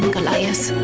Goliath